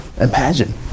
Imagine